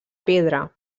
pedra